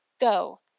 Go